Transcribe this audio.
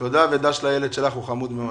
תודה, וד"ש לילד שלך הוא חמוד מאוד.